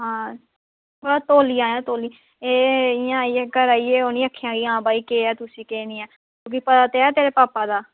हां तौली आयां तौली एह् इयां आई गे घर आई गे ओह् नी आखेआ हा भई के ऐ तुसी केह् नेईं ऐ तुगी पता ते ऐ तेरे पापा दा